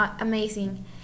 amazing